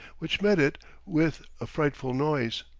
which met it with a frightful noise.